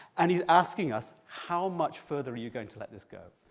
and he's asking us how much further are you going to let this go?